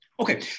Okay